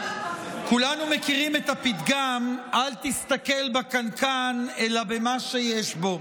כולנו מכירים את הפתגם "אל תסתכל בקנקן אלא במה שיש בו".